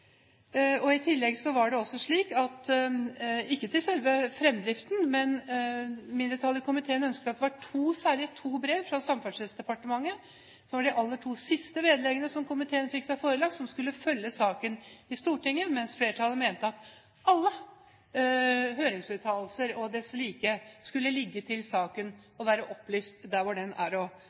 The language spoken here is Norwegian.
enstemmig. I tillegg ønsket mindretallet i komiteen – ikke til selve fremdriften – at det særlig var to brev fra Samferdselsdepartementet, som var de to aller siste vedleggene som komiteen fikk seg forelagt, som skulle følge saken i Stortinget, mens flertallet mente at alle høringsuttalelser og desslike skulle ligge til saken og være opplyst der hvor den var å finne, bl.a. på nettet. Så en liten visitt til Venstre og Skei Grande, som er